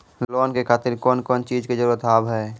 Loan के खातिर कौन कौन चीज के जरूरत हाव है?